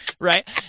Right